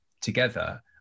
together